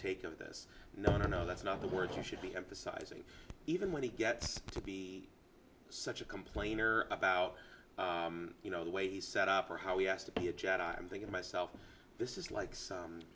take of this no no that's not the work you should be emphasizing even when he gets to be such a complainer about you know the way he's set up or how he has to be a jet i'm thinking myself this is like